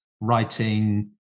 writing